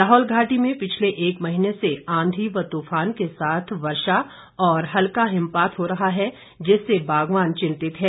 लाहौल घाटी में पिछले एक महीने से आंधी व तूफान के साथ वर्षा और हल्का हिमपात हो रहा है जिससे बागवान चिंतित हैं